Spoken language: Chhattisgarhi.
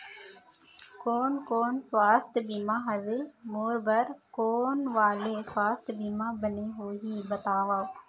कोन कोन स्वास्थ्य बीमा हवे, मोर बर कोन वाले स्वास्थ बीमा बने होही बताव?